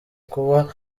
kuba